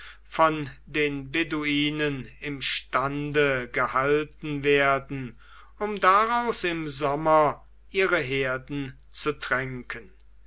von den beduinen im stande gehalten werden um daraus im sommer ihre herden zu tränken